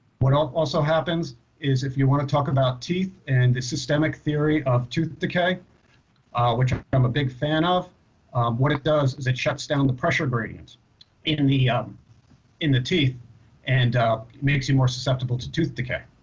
what um also happens is if you want to talk about teeth and the systemic theory of tooth decay which i'm um a big fan of what it does is it shuts down the pressure gradient in and the um in the teeth and makes you more susceptible to tooth decay.